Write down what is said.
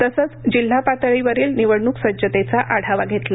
तसंच जिल्हा पातळीवरील निवडणूकसज्जतेचा आढावा घेतला